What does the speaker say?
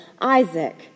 Isaac